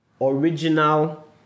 original